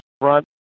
front